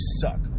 suck